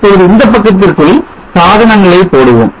இப்பொழுது இந்தப் பக்கத்திற்குள் சாதனங்களை போடுவோம்